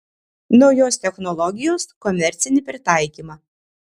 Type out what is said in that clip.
naujos technologijos komercinį pritaikymą